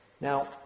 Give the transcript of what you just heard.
Now